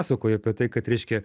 pasakoja apie tai kad reiškia